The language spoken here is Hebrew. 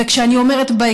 וכשאני אומרת,